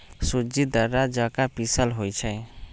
सूज़्ज़ी दर्रा जका पिसल होइ छइ